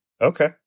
Okay